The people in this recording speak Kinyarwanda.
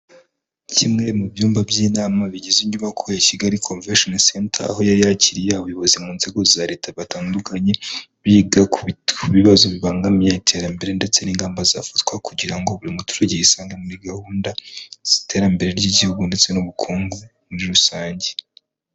Kimwe mu byumba by'inama bigize inyubako ya Kigali komvesheni senta, aho yari yakiriye abayobozi mu nzego za leta batandukanye, biga ku bibazo bibangamiye iterambere ndetse n'ingamba zafatwa kugira ngo buri muturage yisange muri gahunda z'iterambere ry'igihugu ndetse n'ubukungu muri rusange.